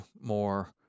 more